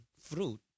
fruit